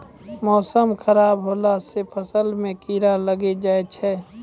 मौसम खराब हौला से फ़सल मे कीड़ा लागी जाय छै?